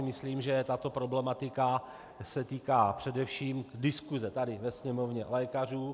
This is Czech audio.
Myslím si, že tato problematika se týká především diskuse tady ve sněmovně lékařů.